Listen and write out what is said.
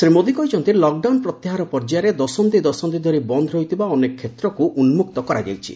ଶ୍ରୀ ମୋଦି କହିଛନ୍ତି ଲକ୍ଡାଉନ୍ ପ୍ରତ୍ୟାହାର ପର୍ଯ୍ୟାୟରେ ଦଶନ୍ଧି ଦଶନ୍ଧି ଧରି ବନ୍ଦ୍ ପଡ଼ିଥିବା ଅନେକ ଷେତ୍ରକୁ ଉନ୍ମକ୍ତ କରାଯାଇଛି